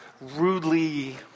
rudely